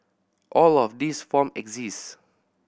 all of these form exist